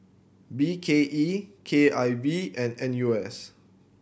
B K E K I V and N U S